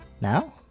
Now